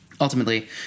ultimately—